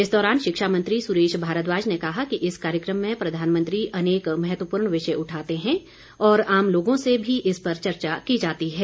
इस दौरान शिक्षा मंत्री सुरेश भारद्वाज ने कहा कि इस कार्यक्रम में प्रधानमंत्री अनेक महत्वपूर्ण विषय उठाते हैं और आम लोगों से भी इस पर चर्चा की जाती है